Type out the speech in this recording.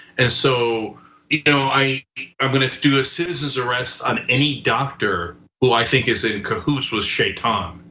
and so you know i am gonna do a citizen's arrest on any doctor who i think is in cahoots with shay tom,